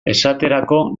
esaterako